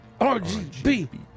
RGB